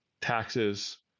taxes